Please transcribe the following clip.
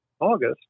August